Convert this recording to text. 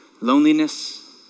loneliness